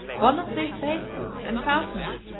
one of these basins and fountains,